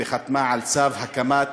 וחתמה על צו הקמת